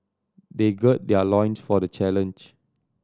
they good their loins for the challenge